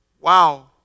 Wow